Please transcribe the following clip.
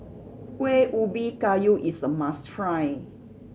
Kuih Ubi Kayu is a must try